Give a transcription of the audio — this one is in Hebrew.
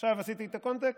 עשיתי את הקונטקסט?